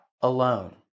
alone